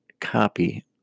copy